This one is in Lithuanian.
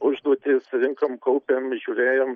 užduotis renkam kaupiam žiūrėjom